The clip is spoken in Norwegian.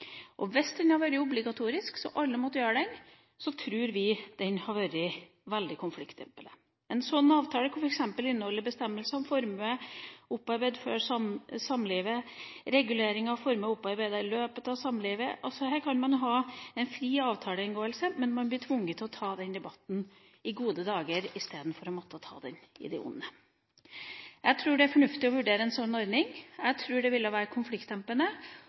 Hvis det hadde vært obligatorisk, så alle måtte gjøre det, tror vi det hadde vært veldig konfliktdempende. En sånn avtale kunne f.eks. inneholde bestemmelse om formue opparbeidet før samlivet og regulering av formue opparbeidet i løpet av samlivet. Her kan man ha en fri avtaleinngåelse, men man blir tvunget til å ta den debatten i gode dager istedenfor å måtte ta den i de onde. Jeg tror det er fornuftig å vurdere en sånn ordning. Jeg tror det ville være konfliktdempende.